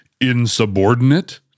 insubordinate